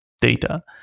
data